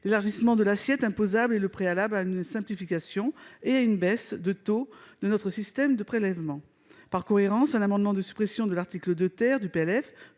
L'élargissement de l'assiette imposable est le préalable à une simplification et à une baisse des taux de notre système de prélèvements. Par cohérence, nous proposerons également un amendement de suppression de l'article 2 du